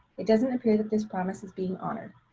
it doesn't appear that this promise is being honored.